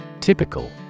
Typical